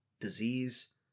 disease